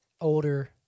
older